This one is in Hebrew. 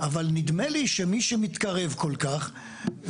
אבל נדמה לי שמי שמתקרב כל כך,